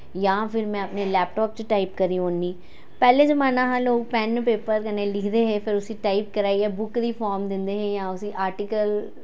यां फिर में अपने लैपटाप च टाइप करी ओड़नी पैह्ले जमाना हा लोक पैन्न पेपर कन्नै लिखदे हे फिर उस्सी टाइप कराइयै बुक्क दी फार्म दिंदे हे यां उस्सी आर्टिकल